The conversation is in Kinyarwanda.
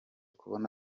kubona